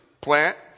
plant